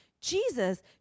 Jesus